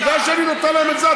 בגלל שאני נותנת לכם את זה,